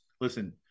listen